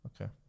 okay